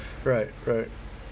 right right